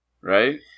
Right